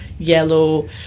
yellow